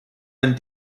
and